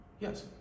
yes